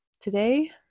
today